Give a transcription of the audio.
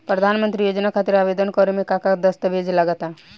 प्रधानमंत्री योजना खातिर आवेदन करे मे का का दस्तावेजऽ लगा ता?